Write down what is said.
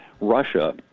Russia